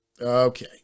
Okay